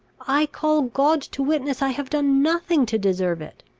i call god to witness, i have done nothing to deserve it!